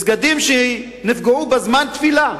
מסגדים שנפגעו בזמן תפילה,